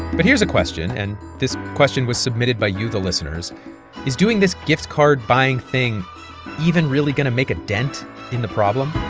but here's a question, and this question was submitted by you, the listeners is doing this gift card buying thing even really going to make a dent in the problem?